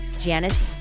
Janice